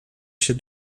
się